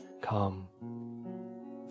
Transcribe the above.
come